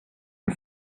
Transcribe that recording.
and